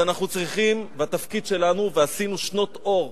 אז אנחנו צריכים, והתפקיד שלנו, ועשינו שנות אור